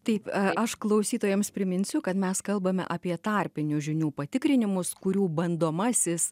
taip aš klausytojams priminsiu kad mes kalbame apie tarpinių žinių patikrinimus kurių bandomasis